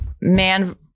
man